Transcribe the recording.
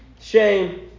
shame